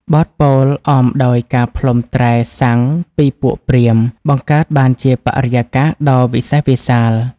បទពោលអមដោយការផ្លុំត្រែស័ង្ខពីពួកព្រាហ្មណ៍ បង្កើតបានជាបរិយាកាសដ៏វិសេសវិសាល។